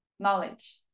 knowledge